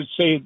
say